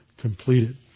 completed